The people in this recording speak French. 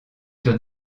sur